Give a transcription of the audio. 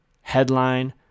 headline